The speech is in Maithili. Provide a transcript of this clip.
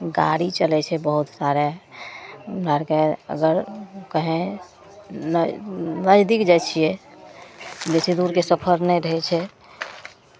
गाड़ी चलै छै बहुत सारे घरके अगर कहेँ नज नजदीक जाइ छियै बेसी दूरके सफर नहि रहै छै